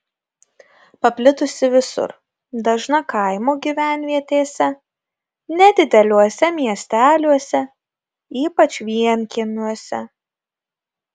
paplitusi visur dažna kaimo gyvenvietėse nedideliuose miesteliuose ypač vienkiemiuose